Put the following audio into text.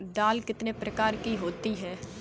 दाल कितने प्रकार की होती है?